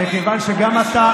אתם הולכים אחרי אלקין,